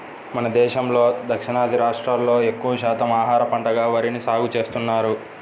మన దేశంలో దక్షిణాది రాష్ట్రాల్లో ఎక్కువ శాతం ఆహార పంటగా వరిని సాగుచేస్తున్నారు